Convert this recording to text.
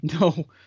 no